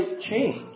change